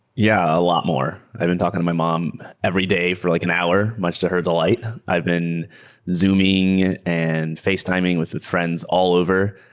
yeah, a lot more. i've been talking to my mom every day for like an hour much to her delight. i've been zooming and facetiming with friends all over.